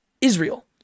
Israel